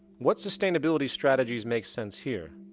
what sustainability strategies make sense here?